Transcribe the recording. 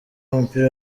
w’umupira